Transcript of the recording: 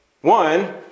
one